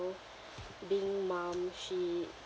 being mum she